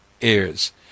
ears